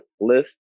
list